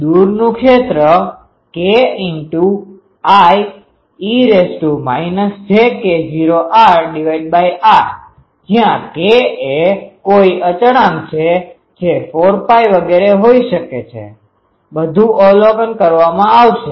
દૂરનું ક્ષેત્ર Ie jK૦rr જ્યાં K એ કોઈ અચળાંક છે જે 4Π વગેરે હોઈ શકે છે બધું અવલોકન કરવામાં આવશે